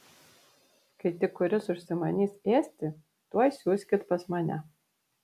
kai tik kuris užsimanys ėsti tuoj siųskit pas mane